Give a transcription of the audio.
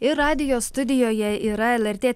ir radijo studijoje yra lrt